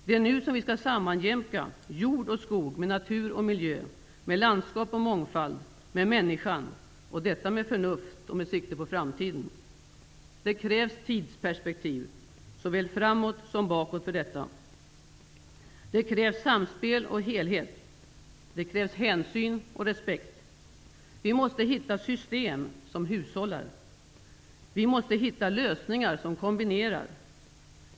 Det är nu vi skall sammanjämka jord och skog med natur och miljö, med landskap och mångfald, med människan -- och detta med förnuft, med sikte på framtiden. Det krävs tidsperspektiv såväl framåt som bakåt för detta. Det krävs samspel och helhet. Det krävs hänsyn och respekt. Vi måste hitta system, som hushållar. Vi måste hitta lösningar, som kombinerar.